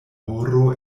horo